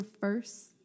first